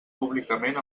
públicament